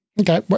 Okay